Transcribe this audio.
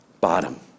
bottom